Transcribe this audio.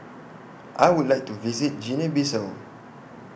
I Would like to visit Guinea Bissau